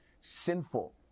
sinful